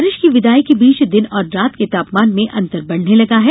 बारिश की विदाई के बीच दिन और रात के तापमान में अंतर बढ़ने लगा है